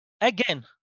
again